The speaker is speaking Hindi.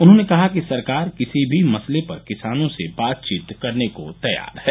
उन्होंने कहा कि सरकार किसी भी मसले पर किसानों से बातचीत को तैयार है